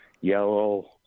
yellow